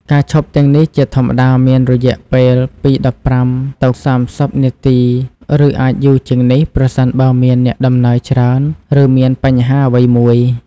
ការឈប់ទាំងនេះជាធម្មតាមានរយៈពេលពី ១៥ ទៅ ៣០ នាទី ឬអាចយូរជាងនេះ ប្រសិនបើមានអ្នកដំណើរច្រើន ឬមានបញ្ហាអ្វីមួយ។